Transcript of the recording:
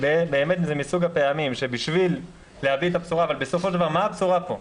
מה הבשורה פה?